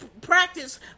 practice